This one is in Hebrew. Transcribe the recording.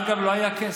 אגב, לא היה כסף.